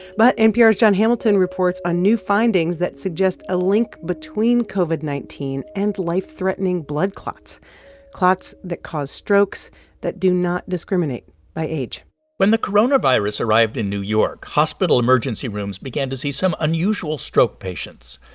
but npr's jon hamilton reports on new findings that suggest a link between covid nineteen and life-threatening blood clots clots that cause strokes that do not discriminate by age when the coronavirus arrived in new york, hospital emergency rooms began to see some unusual stroke patients.